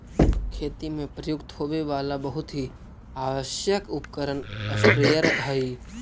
खेती में प्रयुक्त होवे वाला बहुत ही आवश्यक उपकरण स्प्रेयर हई